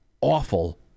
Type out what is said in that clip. awful